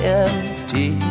empty